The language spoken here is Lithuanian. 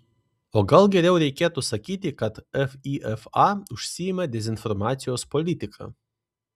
o gal geriau reikėtų sakyti kad fifa užsiima dezinformacijos politika